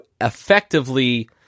effectively